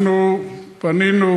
אנחנו פנינו